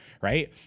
right